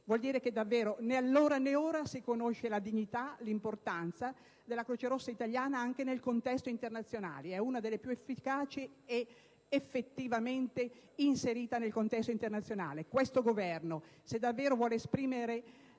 Vuol dire che davvero né allora, né ora si riconosce la dignità, l'importanza della Croce Rossa Italiana anche nel contesto internazionale. Eppure è una delle più efficaci ed effettivamente inserita nel contesto internazionale. Questo Governo, se davvero vuole esprimere